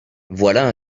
voilà